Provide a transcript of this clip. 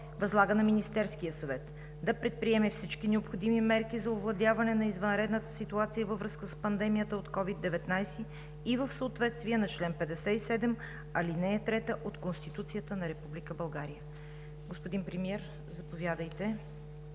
Възлага на Министерския съвет да предприеме всички необходими мерки за овладяване на извънредната ситуация във връзка с пандемията от COVID-19 и в съответствие на чл. 57, ал. 3 от Конституцията на Република България.“ Господин Премиер, заповядайте